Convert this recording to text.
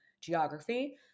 geography